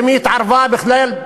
ואם היא התערבה בכלל,